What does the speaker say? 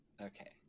Okay